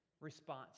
response